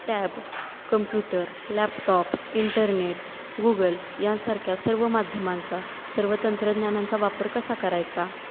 tab computer laptop internet Google यांसारख्या सर्व माध्यमांचा सर्व तंत्रज्ञानांचा वापर कसा करायचा